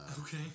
Okay